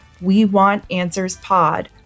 WeWantAnswersPod